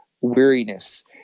weariness